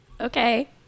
Okay